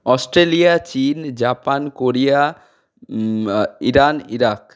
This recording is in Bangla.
অস্ট্রেলিয়া চীন জাপান কোরিয়া ইরান ইরাক